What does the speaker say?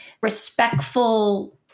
respectful